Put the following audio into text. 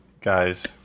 guys